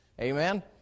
Amen